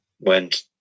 went